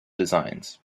designs